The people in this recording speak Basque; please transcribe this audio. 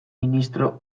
ministro